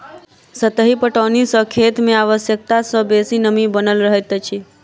सतही पटौनी सॅ खेत मे आवश्यकता सॅ बेसी नमी बनल रहैत अछि